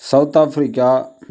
South Africa